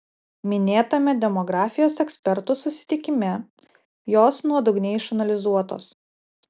minėtame demografijos ekspertų susitikime jos nuodugniai išanalizuotos